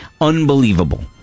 Unbelievable